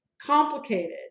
complicated